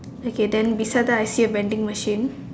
okay then beside that I see a vending machine